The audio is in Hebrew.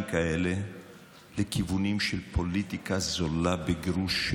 כאלה לכיוונים של פוליטיקה זולה בגרוש,